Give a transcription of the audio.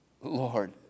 Lord